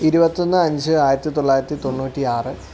ഇരുപത്തിയൊന്ന് അഞ്ച് ആയിരത്തിത്തൊളയിരത്തി തൊണ്ണൂറ്റി ആറ്